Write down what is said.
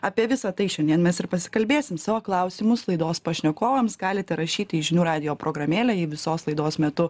apie visa tai šiandien mes ir pasikalbėsim savo klausimus laidos pašnekovams galite rašyti į žinių radijo programėlę ji visos laidos metu